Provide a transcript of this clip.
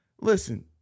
listen